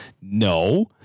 No